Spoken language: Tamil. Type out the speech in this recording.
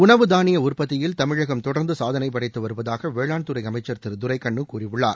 உணவு தானிய உற்பத்தியில் தமிழகம் தொடர்ந்து சாதனை படைத்து வருவதாக வேளாண் துறை அமைச்சர் திரு துரைக்கண்ணு கூறியுள்ளார்